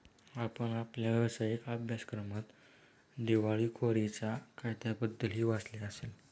आपण आपल्या व्यावसायिक अभ्यासक्रमात दिवाळखोरीच्या कायद्याबद्दलही वाचले असेल